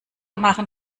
machen